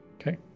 Okay